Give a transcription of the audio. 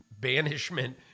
banishment